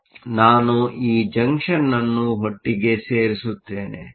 ಆದ್ದರಿಂದ ನಾನು ಈ ಜಂಕ್ಷನ್ ಅನ್ನು ಒಟ್ಟಿಗೆ ಸೇರಿಸುತ್ತೇನೆ